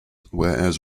whereas